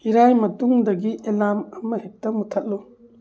ꯏꯔꯥꯏ ꯃꯇꯨꯡꯗꯒꯤ ꯑꯦꯂꯥꯝ ꯑꯃꯍꯦꯛꯇ ꯃꯨꯠꯊꯠꯂꯨ